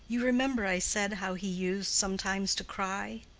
you remember i said how he used sometimes to cry.